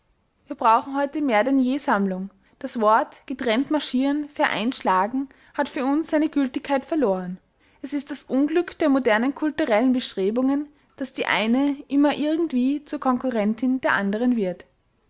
wir brauchen heute mehr denn je sammlung das wort getrennt marschieren vereint schlagen hat für uns seine gültigkeit verloren es ist das unglück der modernen kulturellen bestrebungen daß die eine immer irgendwie zur konkurrentin der anderen wird